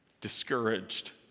discouraged